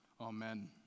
amen